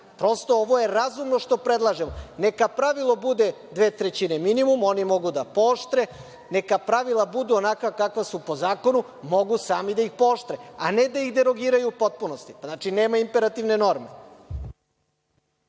Prosto, ovo je razumno što predlažemo. Neka pravilo bude dve trećine minimum, oni mogu da pooštre. Neka pravila budu onakva kakva su po zakonu, mogu sami da ih pooštre, a ne da ih derogiraju u potpunosti. Znači, nema imperativne norme.